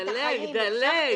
דלג.